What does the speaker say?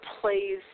plays